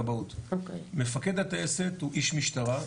מפקד הטייסת הוא איש משטרה,